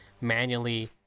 manually